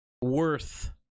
worth